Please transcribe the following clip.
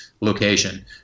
location